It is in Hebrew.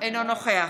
אינו נוכח